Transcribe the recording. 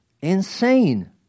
insane